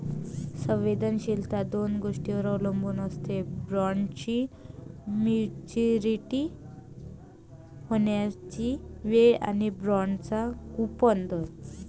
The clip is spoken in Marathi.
संवेदनशीलता दोन गोष्टींवर अवलंबून असते, बॉण्डची मॅच्युरिटी होण्याची वेळ आणि बाँडचा कूपन दर